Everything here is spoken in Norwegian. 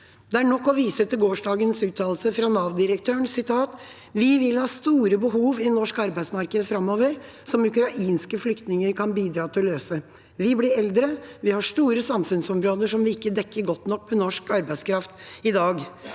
Det er nok å vise til gårsdagens uttalelse fra Nav-direktøren: «Vi vil ha store behov i norsk arbeidsmarked fremover, som ukrainske flyktninger kan bidra til å løse. Vi blir eldre, vi har store samfunnsområder som vi ikke dekker godt nok med norsk arbeidskraft i dag.»